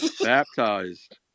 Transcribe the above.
baptized